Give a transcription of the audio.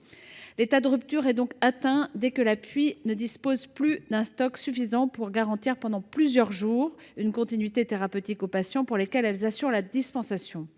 L’état de rupture est donc atteint dès que la PUI ne dispose plus d’un stock suffisant pour garantir pendant plusieurs jours une continuité thérapeutique aux patients pour lesquels elles assurent la dispensation.